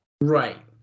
right